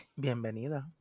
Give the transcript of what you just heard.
Bienvenida